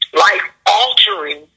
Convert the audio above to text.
life-altering